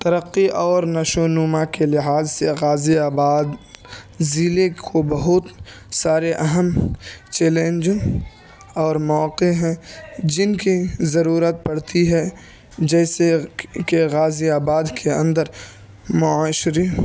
ترقی اور نشو و نما کے لحاظ سے غازی آباد ضلعے کو بہت سارے اہم چیلینج اور موقعے ہیں جن کی ضرورت پڑتی ہے جیسے کہ غازی آباد کے اندر معاشری